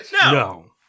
No